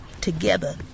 Together